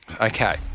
Okay